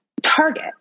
target